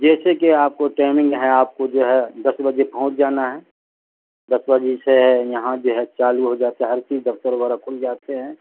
جیسے کہ آپ کو ٹائمنگ ہے آپ کو جو ہے دس بجے پہنچ جانا ہے دس بجے سے ہے یہاں جو ہے چالو ہو جاتا ہے ہر چیز دفتر وغیرہ کھل جاتے ہیں